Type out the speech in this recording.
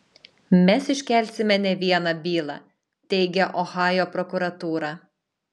mes iškelsime ne vieną bylą teigia ohajo prokuratūra